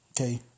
Okay